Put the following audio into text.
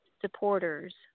supporters